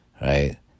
right